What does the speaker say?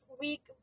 week